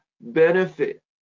benefit